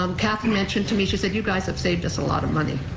um kathy mentioned to me, she said, you guys have saved us a lot of money.